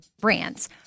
brands